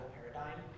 paradigm